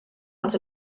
els